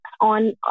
on